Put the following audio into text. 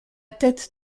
tête